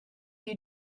you